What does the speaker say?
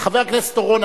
חבר הכנסת אורון,